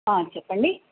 చెప్పండి